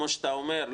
כמו שאתה אומר,